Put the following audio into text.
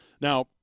Now